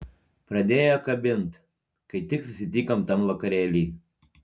pradėjo kabint kai tik susitikom tam vakarėly